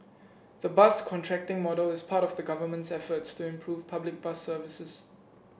the bus contracting model is part of the Government's efforts to improve public bus services